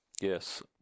Yes